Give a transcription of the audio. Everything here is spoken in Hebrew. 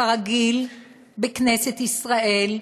כרגיל בכנסת ישראל,